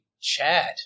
Chad